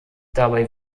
dabei